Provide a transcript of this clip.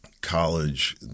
college